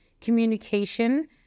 communication